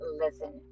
listen